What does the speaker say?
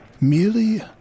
merely